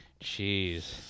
Jeez